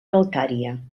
calcària